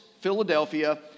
Philadelphia